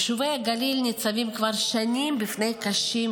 יישובי הגליל ניצבים כבר שנים בפני קשיים